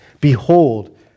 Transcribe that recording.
Behold